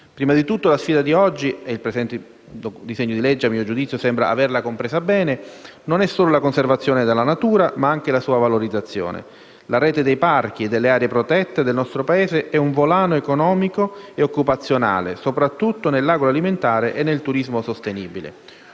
Innanzitutto, la sfida di oggi - e il presente disegno di legge, a mio giudizio, sembra averla compresa bene - non è solo la conservazione della natura, ma anche la sua valorizzazione. La rete dei parchi e delle aree protette del nostro Paese è un volano economico e occupazionale, soprattutto nell'agroalimentare e nel turismo sostenibile.